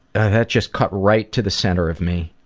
that just cut right to the centre of me.